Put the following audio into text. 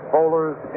Bowlers